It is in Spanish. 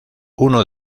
uno